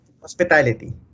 Hospitality